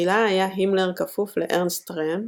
בתחילה היה הימלר כפוף לארנסט רהם,